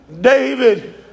David